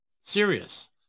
Serious